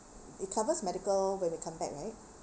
it cover medical when we come back right